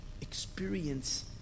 experience